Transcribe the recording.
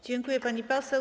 Dziękuję, pani poseł.